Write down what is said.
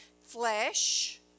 flesh